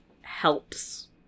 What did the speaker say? helps